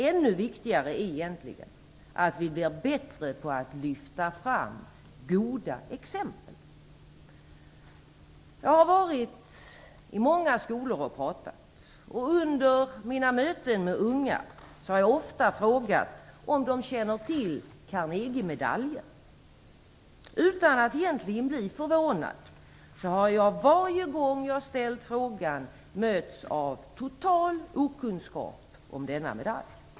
Det är egentligen ännu viktigare att vi blir bättre på att lyfta fram goda exempel. Jag har varit i många skolor och pratat. Under mina möten med unga har jag ofta frågat om de känner till Carnegiemedaljen. Utan att egentligen bli förvånad har jag varje gång jag har ställt frågan mötts av total okunskap om denna medalj.